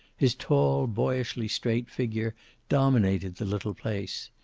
his tall, boyishly straight figure dominated the little place.